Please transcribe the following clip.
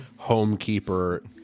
homekeeper